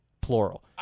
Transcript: plural